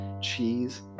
cheese